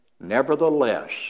Nevertheless